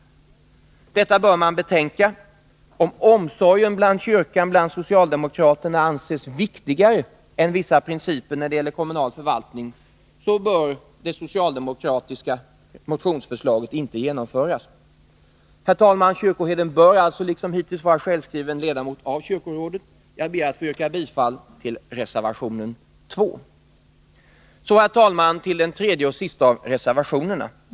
Detta bör man betänka. Om omsorgen om kyrkan bland socialdemokraterna anses viktigare än vissa principer när det gäller kommunal förvaltning, så bör det socialdemokratiska motionsförslaget inte genomföras. Herr talman! Kyrkoherden bör alltså, liksom hittills, vara självskriven ledamot av kyrkorådet. Jag ber att få yrka bifall till reservationen 2. Så, herr talman, till den tredje och sista av reservationerna.